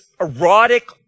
erotic